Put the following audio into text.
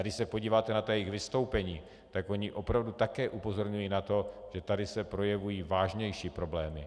Když se podíváte na ta jejich vystoupení, oni opravdu také upozorňují na to, že se tady projevují vážnější problémy.